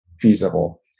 feasible